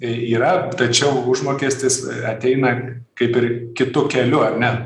yra tačiau užmokestis ateina kaip ir kitu keliu ar ne